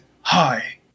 hi